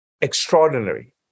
extraordinary